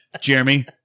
Jeremy